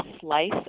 slice